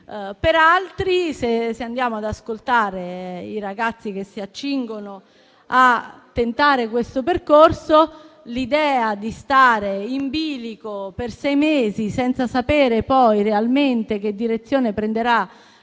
Per altri, se andiamo ad ascoltare i ragazzi che si accingono a tentare questo percorso, l'idea di stare in bilico per sei mesi senza sapere poi realmente che direzione prenderà